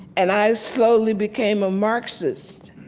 and i slowly became a marxist.